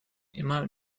immer